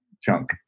chunk